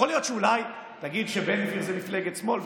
יכול להיות שאולי תגיד שבן גביר זה מפלגת שמאל,